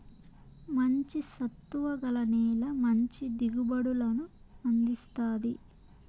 మంచి సత్తువ గల నేల మంచి దిగుబడులను అందిస్తాది